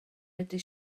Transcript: medru